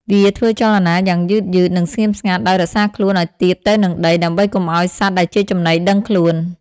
វាធ្វើចលនាយ៉ាងយឺតៗ និងស្ងៀមស្ងាត់ ដោយរក្សាខ្លួនឲ្យទាបទៅនឹងដី ដើម្បីកុំឲ្យសត្វដែលជាចំណីដឹងខ្លួន។